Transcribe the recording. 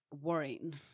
worrying